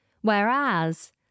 whereas